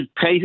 pay